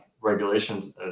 regulations